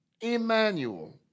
Emmanuel